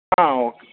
ആ ഓക്കെ